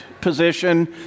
position